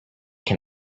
can